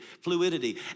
fluidity